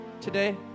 today